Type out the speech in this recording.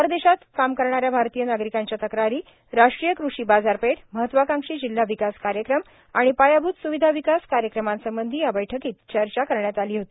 परदेशात काम करणाऱ्या भारतीय नागरिकांच्या तक्रारी राष्ट्रीय कृषी बाजारपेठ महत्वाकांक्षी जिल्हा विकास कार्यक्रम आणि पायाभूत सुविधा विकास कार्यक्रमासंबंधी या बैठकीत चर्चा करण्यात आली होती